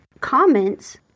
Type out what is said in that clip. comments